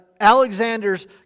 Alexander's